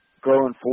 growing